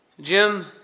Jim